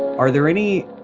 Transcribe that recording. are there any,